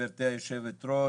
גברתי יושבת הראש,